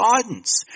guidance